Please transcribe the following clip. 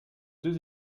deux